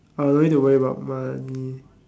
or don't need to worry about money